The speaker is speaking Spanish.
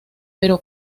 pero